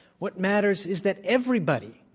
what matters is that everybody,